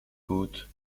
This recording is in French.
côtes